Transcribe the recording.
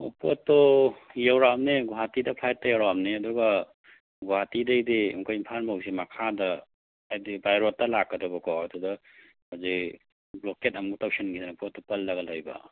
ꯑꯣ ꯄꯣꯠꯇꯣ ꯌꯧꯔꯛꯑꯕꯅꯦ ꯒꯨꯋꯥꯍꯥꯇꯤꯗ ꯐ꯭ꯂꯥꯏꯠꯇ ꯌꯧꯔꯛꯑꯕꯅꯦ ꯑꯗꯨꯒ ꯒꯨꯋꯥꯍꯥꯇꯤꯗꯒꯤꯗꯤ ꯑꯃꯨꯛꯀ ꯏꯝꯐꯥꯜ ꯐꯥꯎꯁꯤ ꯃꯈꯥꯗ ꯍꯥꯏꯗꯤ ꯕꯥꯏ ꯔꯣꯠꯇ ꯂꯥꯛꯀꯗꯕ ꯀꯣ ꯑꯗꯨꯗ ꯍꯧꯖꯤꯛ ꯕ꯭ꯂꯣꯀꯦꯠ ꯑꯃꯨꯛ ꯇꯧꯁꯤꯟꯈꯤꯗꯅ ꯄꯣꯠꯇꯨ ꯄꯜꯂꯒ ꯂꯩꯕ